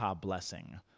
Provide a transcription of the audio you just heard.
blessing